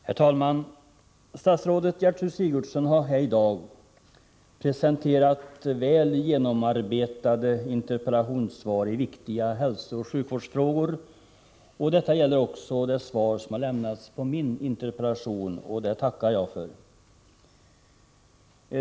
Herr talman! Statsrådet Gertrud Sigurdsen har här i dag presenterat väl genomarbetade interpellationssvar i viktiga hälsooch sjukvårdsfrågor. Detta gäller också det svar som lämnats på min interpellation, och det tackar jag för.